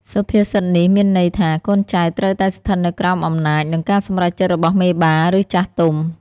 សុភាសិតនេះមានន័យថា កូនចៅត្រូវតែស្ថិតនៅក្រោមអំណាច និងការសម្រេចរបស់មេបា ឬចាស់ទុំ។